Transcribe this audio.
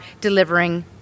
delivering